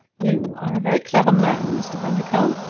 you are a very clever man, mr. bundercombe!